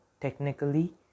technically